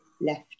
left